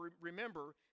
remember